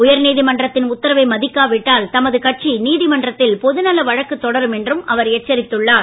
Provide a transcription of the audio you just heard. உயர்நீதிமன்றத்தின் உத்தரவை மதிக்காவிட்டால் தமது கட்சி நீதிமன்றத்தில் பொது நல வழக்கு தொடரும் என்றும் அவர் எச்சரித்துள்ளார்